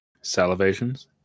Salivations